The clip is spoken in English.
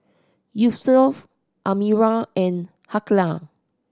Yusuf Amirah and Aqilah